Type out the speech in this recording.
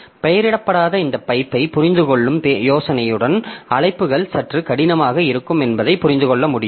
பெயரிடப்படாத இந்த பைப்பைப் புரிந்துகொள்ளும் யோசனையுடனும் அழைப்புகள் சற்று கடினமாக இருக்கும் என்பதையும் புரிந்து கொள்ள முடியும்